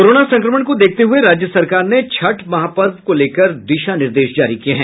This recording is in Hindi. कोरोना संक्रमण को देखते हये राज्य सरकार ने छठ महापर्व को लेकर दिशा निर्देश जारी किये हैं